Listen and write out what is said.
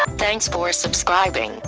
thanks for subscribing,